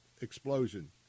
explosion